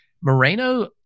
Moreno